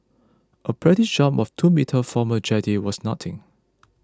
a practice jump of two metres from a jetty was nothing